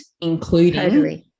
including